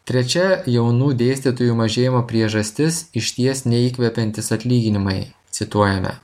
trečia jaunų dėstytojų mažėjimo priežastis išties neįkvepiantys atlyginimai cituojame